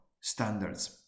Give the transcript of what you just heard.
standards